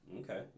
Okay